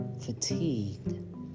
fatigued